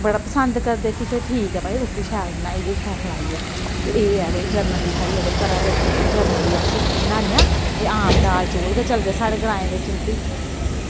बड़ा पसंद करदे कि ठीक ऐ भई रुट्टी शैल बनाई ऐ शैल खलाई ऐ ते एह् ऐ भई जर्नली साढ़े जेह्ड़े घरा दे जर्नली अस रुट्टी बनान्ने आं एह् आम दाल चौल गै चलदे साढ़े ग्राएं बिच रुट्टी